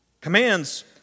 Commands